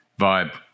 vibe